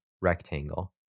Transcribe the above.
rectangle